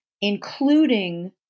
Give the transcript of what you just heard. including